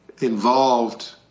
involved